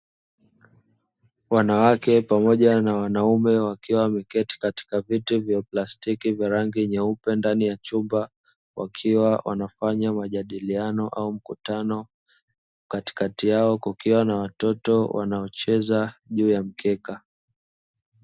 Wanawake pamoja na wanaume wakiwa wameketi katika viti vya plastiki vya rangi nyeupe ndani ya chumba wakiwa wanafanya majadiliano ya mkutano, Katikati yao kukiwa na watoto wanajuu ya mkeka.